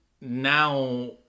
now